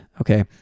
okay